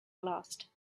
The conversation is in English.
lost